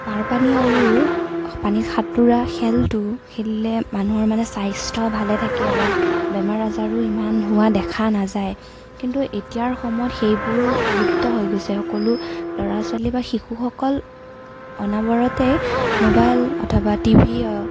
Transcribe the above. পাৰ পানী আৰু পানীত সাতোঁৰা খেলটো খেলিলে মানুহৰ মানে স্বাস্থ্য ভালে থাকে বা বেমাৰ আজাৰো ইমান হোৱা দেখা নাযায় কিন্তু এতিয়াৰ সময়ত সেইবোৰ লুপ্ত হৈ গৈছে সকলো ল'ৰা ছোৱালী বা শিশুসকল অনবৰতে মোবাইল অথবা টি ভি